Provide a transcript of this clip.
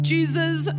Jesus